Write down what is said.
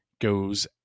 goes